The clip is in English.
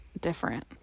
different